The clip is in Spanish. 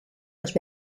los